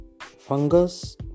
Fungus